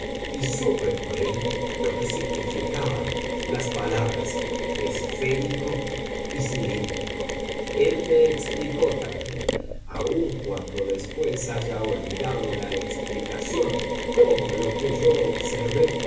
y supe por él lo que significaban las palabras esférico y cilíndrico él me explicó también aun cuando después haya olvidado la explicación cómo lo que yo observé